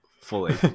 fully